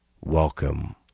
welcome